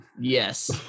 Yes